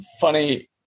funny